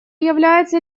является